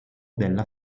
della